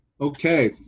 Okay